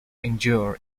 endure